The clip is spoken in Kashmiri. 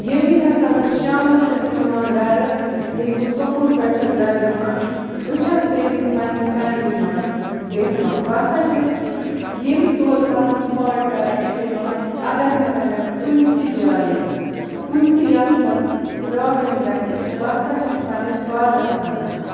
ییٚمہِ وِزِ ہسا بہٕ شامَس چھَس یِوان گَرٕ ییٚلہِ بہٕ سُکوٗل پٮ۪ٹھ چھَس گَرٕ یِوان بہٕ چھَس تَمہِ وِزِ پنٛنہِ فیملی منٛز بیٚہوان بہٕ ہسا چھَس ییٚمہِ طور پنٕنۍ تھاٹ کران استعمال اگر ہسا مےٚ کُنہِ تہِ جایہِ کُنہِ تہِ یَتھ منٛز پرٛابلِم گژھِ بہٕ ہسا چھَس پَنٛنِس فادرَس وَنان